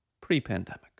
pre-pandemic